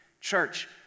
Church